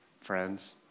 friends